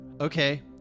Okay